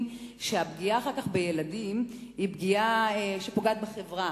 שהפגיעה אחר כך בילדים היא פגיעה שפוגעת בחברה.